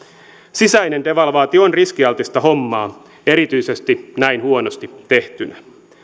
sisäinen devalvaatio on riskialtista hommaa erityisesti näin huonosti tehtynä